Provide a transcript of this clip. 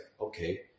okay